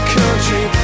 country